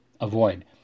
avoid